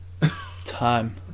Time